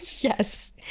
Yes